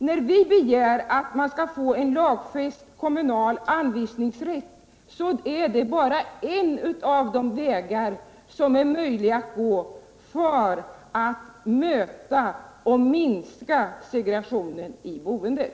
När vi begär en lagfäst kommunal an visningsrätt är det bara en av de vägar som är möjliga att gå för att möta och minska segregationen i boendet.